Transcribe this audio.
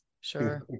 Sure